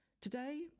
Today